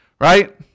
right